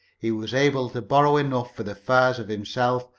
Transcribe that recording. he was able to borrow enough for the fares of himself,